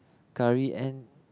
curry and